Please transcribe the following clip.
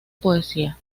poesía